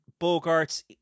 Bogarts